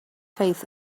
faith